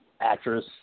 actress